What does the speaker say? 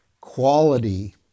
quality